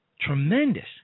Tremendous